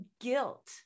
guilt